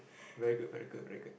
very good very good very good